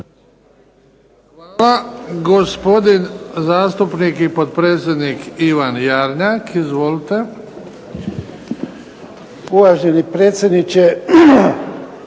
Hvala. Gospodin zastupnik i potpredsjednik Ivan Jarnjak. Izvolite. **Jarnjak,